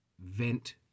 vent